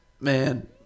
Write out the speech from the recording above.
Man